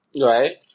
Right